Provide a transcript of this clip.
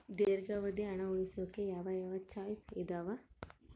ದೇರ್ಘಾವಧಿ ಹಣ ಉಳಿಸೋಕೆ ಯಾವ ಯಾವ ಚಾಯ್ಸ್ ಇದಾವ?